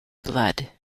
blood